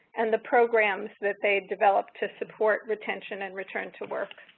and the programs that they developed to support retention and return to work.